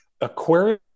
aquarium